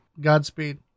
Godspeed